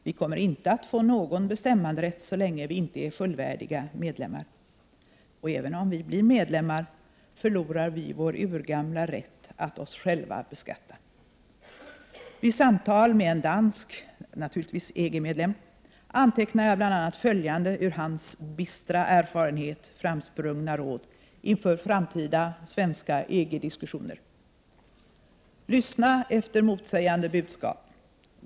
Vi kommer inte att få någon bestämmanderätt så länge vi inte är fullvärdiga medlemmar, och även om vi blir medlemmar förlorar vi vår urgamla rätt att oss själva beskatta. Vid samtal med en dansk antecknade jag bl.a. följande, ur hans bistra erfarenhet framsprungna råd inför framtida svenska EG-diskussioner: Lyssna efter motsägande budskap!